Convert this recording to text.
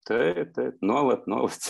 taip taip nuolat nuolat